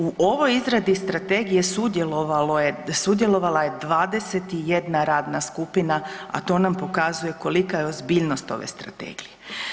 U ovoj izradi strategije sudjelovalo je, sudjelovala je 21 radna skupina, a to nam pokazuje kolika je ozbiljnost ove strategije.